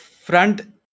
front